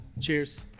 Cheers